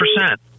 percent